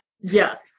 Yes